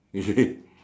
you see